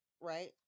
right